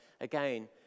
again